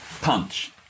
punch